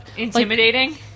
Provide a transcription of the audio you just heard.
Intimidating